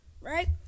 Right